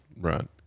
right